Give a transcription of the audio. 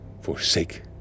Forsake